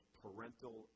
parental